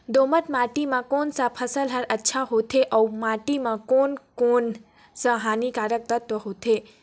दोमट माटी मां कोन सा फसल ह अच्छा होथे अउर माटी म कोन कोन स हानिकारक तत्व होथे?